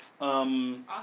Awesome